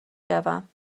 شوم